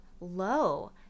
low